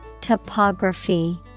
Topography